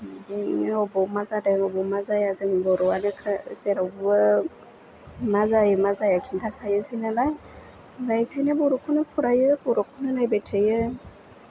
बिनि अबाव मा जादों अबाव माजाया जों बर' आनोखा जेरावबो मा जायो मा जाया खिन्था खायोसो नालाय बेखायनो बर'खौनो फरायो बर'खौनो नायबाय थायो